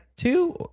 Two